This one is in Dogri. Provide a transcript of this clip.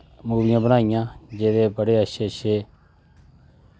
मूवियां बनाइयां जेह्दे बड़े अच्छे अच्छे